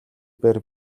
бээр